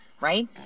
right